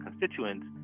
constituents